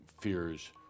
fears